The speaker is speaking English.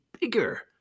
bigger